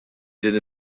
din